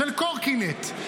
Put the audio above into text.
של קורקינט,